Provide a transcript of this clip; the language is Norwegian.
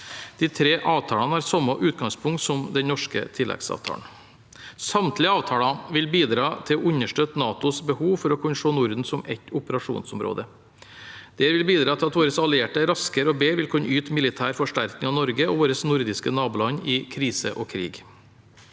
De 3 avtalene har samme utgangspunkt som den norske tilleggsavtalen. Samtlige avtaler vil bidra til å understøtte NATOs behov for å kunne se Norden som ett operasjonsområde. Det vil bidra til at våre allierte raskere og bedre vil kunne yte militær forsterkning av Norge og våre nordiske naboland i krise og krig.